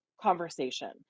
conversation